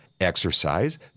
exercise